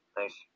nice